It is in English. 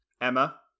Emma